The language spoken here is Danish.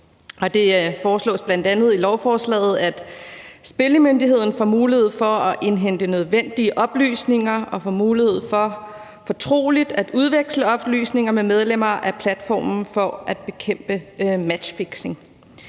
Det foreslås bl.a. i lovforslaget, at Spillemyndigheden får mulighed for at indhente nødvendige oplysninger og får mulighed for fortroligt at udveksle oplysninger med medlemmer af platformen for at bekæmpe matchfixing.